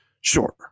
Sure